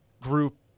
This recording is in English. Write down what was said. group